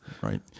Right